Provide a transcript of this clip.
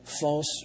false